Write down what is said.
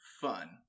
fun